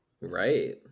Right